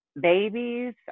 babies